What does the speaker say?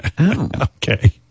Okay